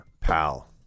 pal